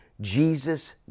Jesus